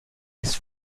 his